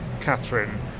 Catherine